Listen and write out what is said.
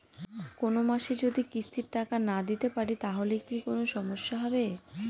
কোনমাসে যদি কিস্তির টাকা না দিতে পারি তাহলে কি কোন সমস্যা হবে?